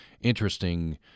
interesting